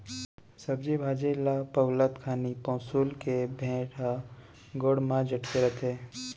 सब्जी भाजी ल पउलत घानी पउंसुल के बेंट ह गोड़ म चटके रथे